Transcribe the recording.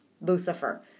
Lucifer